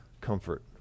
comfort